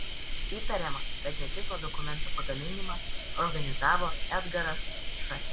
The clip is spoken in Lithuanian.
įtariama kad netikro dokumento pagaminimą organizavo edgaras č